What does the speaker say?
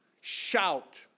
Shout